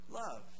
love